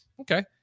Okay